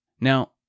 Now